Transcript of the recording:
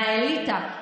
מהאליטה,